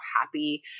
happy